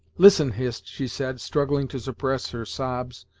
listen, hist, she said, struggling to suppress her sobs,